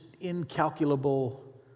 incalculable